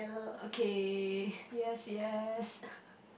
okay yes yes